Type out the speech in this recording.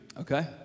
Okay